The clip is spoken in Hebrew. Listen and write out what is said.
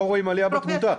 לא רואים עלייה בתמותה.